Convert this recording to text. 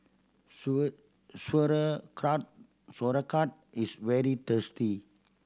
sauerkraut is very tasty